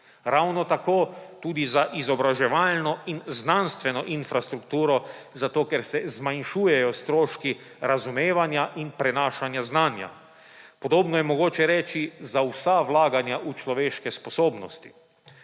Ravno tako tudi za izobraževalno in znanstveno infrastrukturo zato, ker se zmanjšujejo stroški razumevanja in prenašanja znanja. Podobno je mogoče reči za vsa vlaganja v človeške sposobnosti,